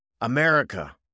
America